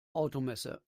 automesse